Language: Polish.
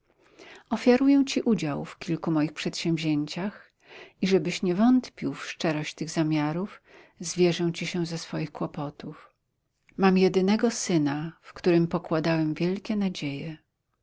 ofiaruję ci udział w kilku moich przedsięwzięciach i żebyś nie wątpił w szczerość tych zamiarów zwierzę ci się ze swoich kłopotów mam jedynego syna w którym pokładałem wielkie nadzieje